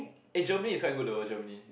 eh Germany is quite good though Germany